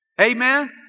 Amen